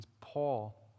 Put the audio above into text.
Paul